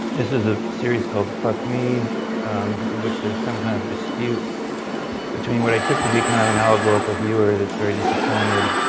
this is a series called fuck me in which there's some kind of dispute between what i took to be kind of an allegorical viewer that's very disappointed